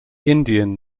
indian